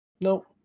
No